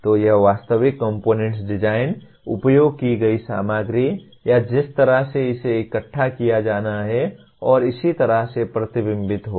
तो यह वास्तविक कॉम्पोनेन्ट डिजाइन उपयोग की गई सामग्री या जिस तरह से इसे इकट्ठा किया जाना है और इसी तरह से प्रतिबिंबित होगा